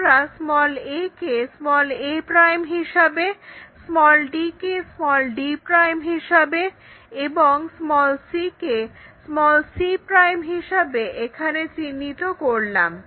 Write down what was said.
আমরা a কে a' হিসাবে d কে d' হিসাবে এবং c কে c' হিসাবে এখানে চিহ্নিত করলাম